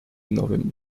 nowym